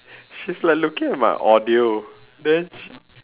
she's like looking at my audio then